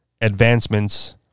advancements